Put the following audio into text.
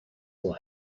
will